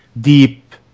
deep